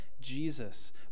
Jesus